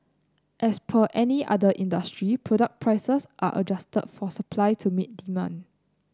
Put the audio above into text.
as per any other industry product prices are adjusted for supply to meet demand